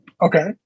Okay